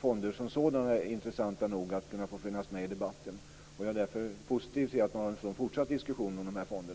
fonderna som sådana är intressanta nog för att få finnas med i debatten. Jag är därför positiv till att man har en fortsatt diskussion om dessa fonder.